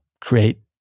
create